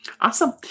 Awesome